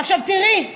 עכשיו תראי,